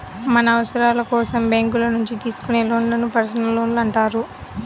మన అవసరాల కోసం బ్యేంకుల నుంచి తీసుకునే లోన్లను పర్సనల్ లోన్లు అంటారు